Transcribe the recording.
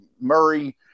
Murray